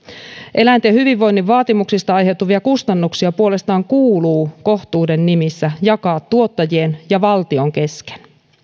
eläinten hyvinvoinnin vaatimuksista aiheutuvia kustannuksia puolestaan kuuluu kohtuuden nimissä jakaa tuottajien ja valtion kesken